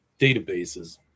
databases